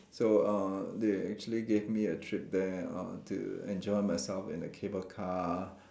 so uh they actually gave me a trip there uh to enjoy myself in the cable car